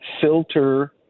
filter